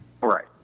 Right